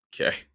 okay